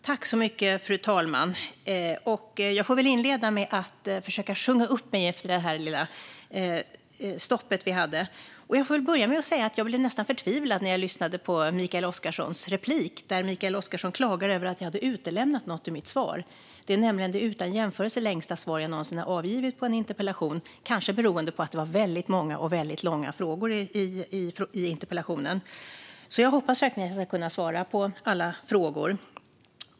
Fru talman! Jag får väl inleda med att försöka sjunga upp mig efter vårt lilla stopp. Jag får börja med att säga att jag blev nästan förtvivlad när jag lyssnade på Mikael Oscarssons inlägg, där han klagade över att jag hade utelämnat något i mitt svar. Det är nämligen det utan jämförelse längsta svar jag någonsin har avgivit på en interpellation, kanske beroende på att det var väldigt många och väldigt långa frågor i interpellationen. Jag hoppas verkligen att jag ska kunna svara på alla frågor.